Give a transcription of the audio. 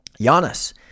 Giannis